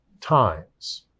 times